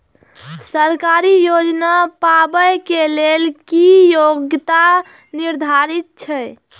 सरकारी योजना पाबे के लेल कि योग्यता निर्धारित छै?